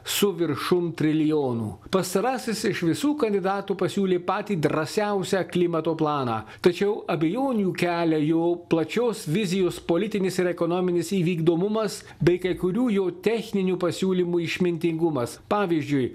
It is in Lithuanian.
su viršum trilijonų pastarasis iš visų kandidatų pasiūlė patį drąsiausią klimato planą tačiau abejonių kelia jo plačios vizijos politinis ir ekonominis įvykdomumas bei kai kurių jau techninių pasiūlymų išmintingumas pavyzdžiui